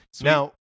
Now